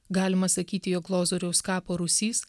galima sakyti jog lozoriaus kapo rūsys